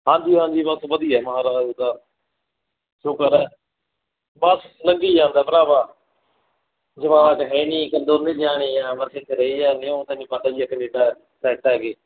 ਹਾਂਜੀ ਹਾਂਜੀ ਬਸ ਵਧੀਆ ਮਹਾਰਾਜ ਦਾ ਸ਼ੁਕਰ ਹੈ ਬਸ ਲੰਘੀ ਜਾਂਦਾ ਭਰਾਵਾ ਜਵਾਕ ਹੈ ਨਹੀਂ ਕ ਦੋਨੇ ਜਣੇ ਹਾਂ ਬਸ ਚਲੇ ਜਾਂਦੇ ਉਹ ਤੈਨੂੰ ਪਤਾ ਹੀ ਆ ਕਨੇਡਾ ਸੈੱਟ ਹੈਗੇ